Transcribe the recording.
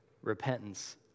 repentance